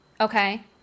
okay